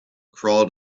crawled